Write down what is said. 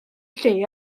lle